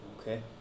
Okay